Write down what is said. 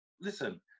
listen